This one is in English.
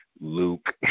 Luke